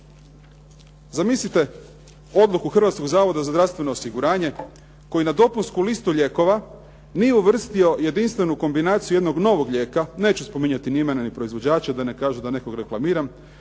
Zamislite odluku Hrvatskog zavoda za zdravstveno osiguranje koji na dopunsku listu lijekova nije uvrstio jedinstvenu kombinaciju jednog novog lijeka, neću spominjati ni imena ni proizvođača, da ne kažu da nekoga reklamiram.